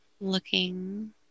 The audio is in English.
looking